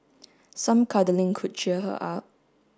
some cuddling could cheer her up